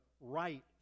right